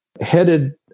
headed